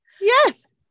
Yes